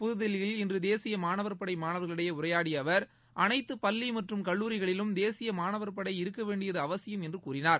புதுதில்லியில் இன்று தேசிய மாணவர்களிடையே உரையாடிய அவர் அனைத்து பள்ளி மற்றும் கல்லூரிகளிலும் தேசிய மாணவர்படை இருக்க வேண்டியது அவசியம் என்று கூறினார்